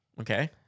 Okay